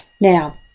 Now